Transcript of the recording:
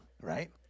right